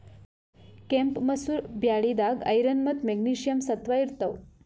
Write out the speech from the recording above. ಕೆಂಪ್ ಮಸೂರ್ ಬ್ಯಾಳಿದಾಗ್ ಐರನ್ ಮತ್ತ್ ಮೆಗ್ನೀಷಿಯಂ ಸತ್ವ ಇರ್ತವ್